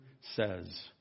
says